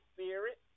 Spirit